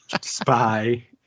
spy